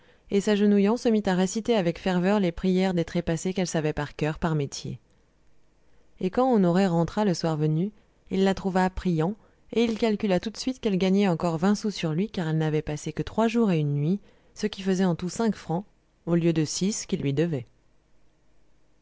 et s'agenouillant se mit à réciter avec ferveur les prières des trépassés qu'elle savait par coeur par métier et quand honoré rentra le soir venu il la trouva priant et il calcula tout de suite qu'elle gagnait encore vingt sous sur lui car elle n'avait passé que trois jours et une nuit ce qui faisait en tout cinq francs au lieu de six qu'il lui devait